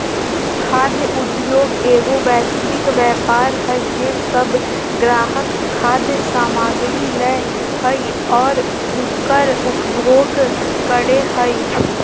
खाद्य उद्योगएगो वैश्विक व्यापार हइ जे सब ग्राहक खाद्य सामग्री लय हइ और उकर उपभोग करे हइ